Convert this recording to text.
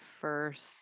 first